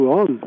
on